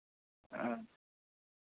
ᱦᱮᱸᱻ